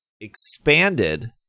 Expanded